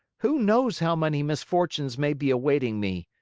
who knows how many misfortunes may be awaiting me!